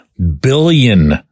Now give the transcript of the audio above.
billion